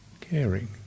caring